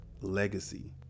legacy